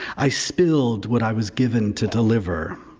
i spilled what i was given to deliver.